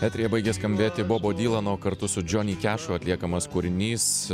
eteryje baigė skambėti bobo dylano kartu su džiony kešu atliekamas kūrinys